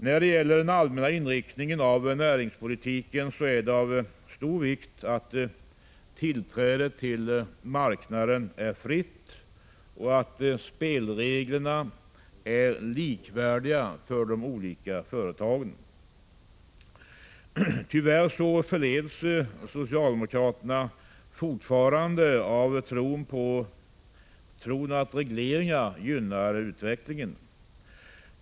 När det gäller den allmänna inriktningen av näringspolitiken är det av stor vikt att tillträdet till marknaden är fritt och att spelreglerna är likvärdiga för de olika företagen. Tyvärr förleds socialdemokraterna fortfarande av tron att regleringar gynnar utvecklingen.